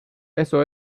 eso